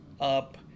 up